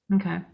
Okay